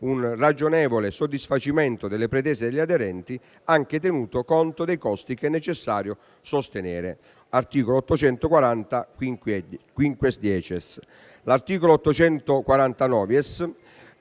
un ragionevole soddisfacimento delle pretese degli aderenti, anche tenuto conto dei costi che è necessario sostenere (articolo 840-*quinquiesdecies*). L'articolo